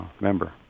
member